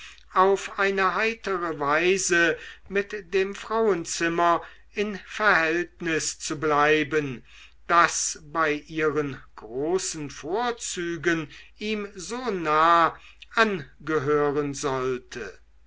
auf eine heitere weise mit dem frauenzimmer in verhältnis zu bleiben das bei ihren großen vorzügen ihm so nah angehören sollte